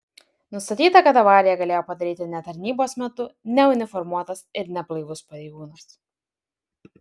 nustatyta kad avariją galėjo padaryti ne tarnybos metu neuniformuotas ir neblaivus pareigūnas